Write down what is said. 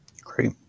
Great